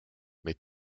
mit